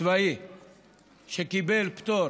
צבאי שקיבל פטור